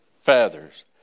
feathers